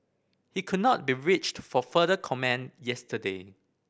he could not be reached for further comment yesterday